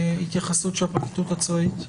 התייחסות של הפרקליטות הצבאית.